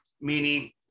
meaning